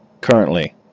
Currently